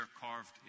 carved